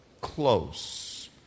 close